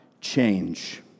change